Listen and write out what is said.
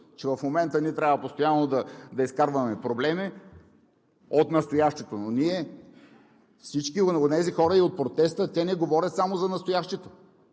че в момента ние трябва постоянно да изкарваме проблеми от настоящето, но ние, всички онези хора и от протеста, те не говорят само за настоящето,